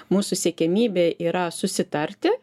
mūsų siekiamybė yra susitarti